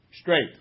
Straight